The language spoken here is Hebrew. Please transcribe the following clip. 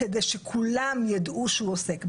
כדי שכולם ידעו שהוא עוסק בזה.